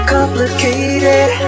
Complicated